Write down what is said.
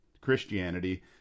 Christianity